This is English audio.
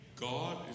God